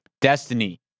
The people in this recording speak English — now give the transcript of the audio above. destiny